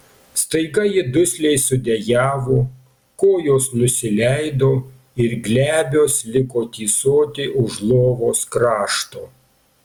staiga ji dusliai sudejavo kojos nusileido ir glebios liko tysoti už lovos krašto